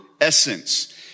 essence